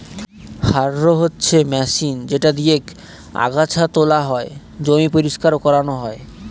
harrow হচ্ছে machine যেটা দিয়েক আগাছা তোলা হয়, জমি পরিষ্কার করানো হয়